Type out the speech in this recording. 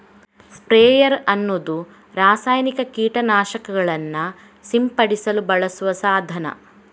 sprayer ಅನ್ನುದು ರಾಸಾಯನಿಕ ಕೀಟ ನಾಶಕಗಳನ್ನ ಸಿಂಪಡಿಸಲು ಬಳಸುವ ಸಾಧನ